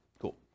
Cool